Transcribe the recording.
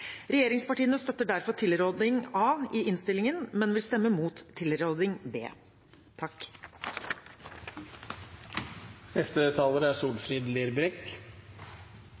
Regjeringspartiene støtter derfor tilråding A i innstillingen, men vil stemme imot tilråding B.